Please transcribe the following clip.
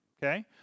okay